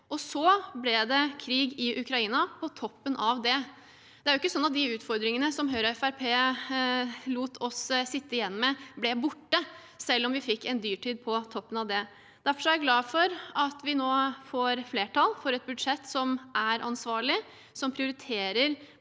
og så ble det krig i Ukraina på toppen av det. Det er ikke slik at de utfordringene som Høyre og Fremskrittspartiet lot oss sitte igjen med, ble borte selv om vi fikk en dyrtid på toppen. Derfor er jeg glad for at vi nå får flertall for et budsjett som er ansvarlig, som prioriterer